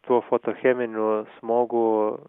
tuo fotocheminiu smogu